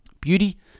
Beauty